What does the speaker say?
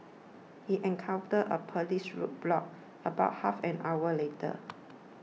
he encountered a police roadblock about half an hour later